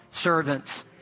servants